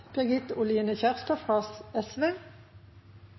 Birgit Oline Kjerstad